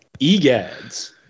EGADS